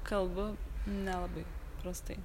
kalbu nelabai prastai